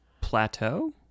plateau